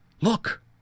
Look